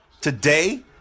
today